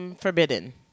Forbidden